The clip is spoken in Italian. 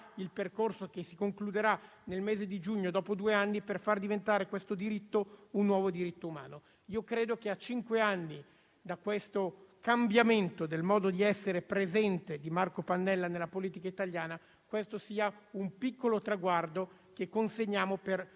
il percorso - che si concluderà nel mese di giugno, dopo due anni - per far diventare questo un nuovo diritto umano. Credo che, a cinque anni da questo cambiamento del modo di essere presente di Marco Pannella nella politica italiana, questo sia un piccolo traguardo che consegniamo per